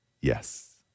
Yes